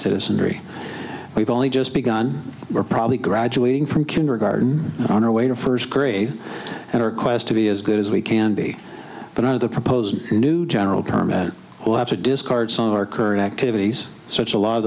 citizenry we've only just begun we're probably graduating from kindergarten on our way to first grade in our quest to be as good as we can be but out of the proposed new general term will have to discard some of our current activities such a l